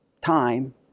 time